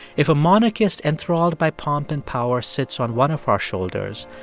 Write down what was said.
if a monarchist enthralled by pomp and power sits on one of our shoulders,